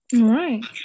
Right